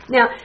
Now